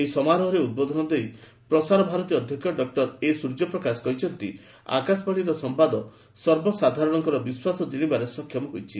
ଏହି ସମାରୋହରେ ଉଦ୍ବୋଧନ ଦେଇ ପ୍ରସାରଭାରତୀ ଅଧ୍ୟକ୍ଷ ଡକ୍ଟର ଏ ସୂର୍ଯ୍ୟପ୍ରକାଶ କହିଛନ୍ତି ଆକାଶବାଣୀର ସମ୍ଭାଦ ସର୍ବସାଧାରଣଙ୍କର ବିଶ୍ୱାସ ଜିଶିବାରେ ସକ୍ଷମ ହୋଇଛି